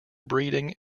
breeding